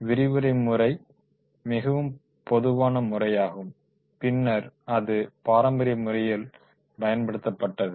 விரிவுரை முறை மிகவும் பொதுவான முறையாகும் பின்னர் அது பாரம்பரியமுறையில் பயன்படுத்தப்பட்டது